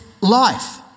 life